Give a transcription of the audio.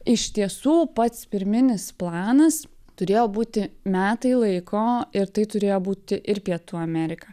iš tiesų pats pirminis planas turėjo būti metai laiko ir tai turėjo būti ir pietų amerika